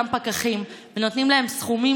ונותנים להם סכומים,